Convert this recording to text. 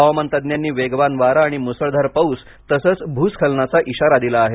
हवामान तज्ञांनी वेगवान वारा आणि मुसळधार पाऊस तसेच भूस्खलनाचा इशारा दिला आहे